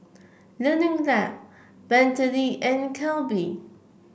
Learning Lab Bentley and Calbee